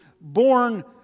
born